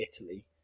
Italy